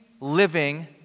living